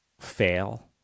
fail